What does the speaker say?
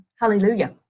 Hallelujah